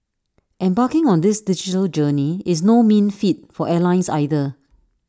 embarking on this digital journey is no mean feat for airlines either